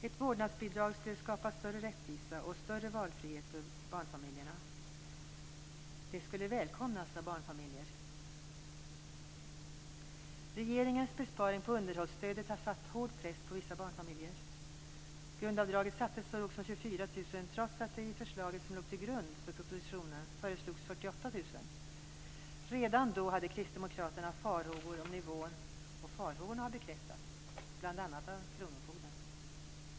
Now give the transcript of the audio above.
Ett vårdnadsbidrag skulle skapa större rättvisa och större valfrihet för barnfamiljerna. Det skulle välkomnas av barnfamiljer. Regeringens besparing på underhållsstödet har satt hård press på vissa barnfamiljer. Grundavdraget sattes så lågt som 24 000 kr trots att det i det förslag som låg till grund för propositionen föreslogs 48 000 kr. Redan då hade kristdemokraterna farhågor om nivån på grundavdraget och farhågorna har bekräftats - bl.a. av kronofogden.